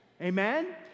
Amen